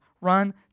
Run